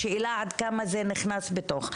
השאלה עד כמה זה נכנס בתוך,